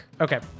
Okay